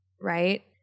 right